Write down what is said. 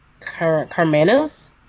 Carmanos